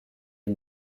est